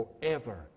forever